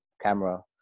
camera